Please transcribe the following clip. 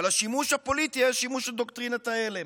אבל השימוש הפוליטי היה שימוש של דוקטרינת ההלם.